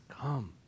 come